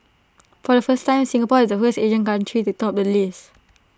for the first time Singapore is the first Asian country to top the list